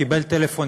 קיבל טלפון,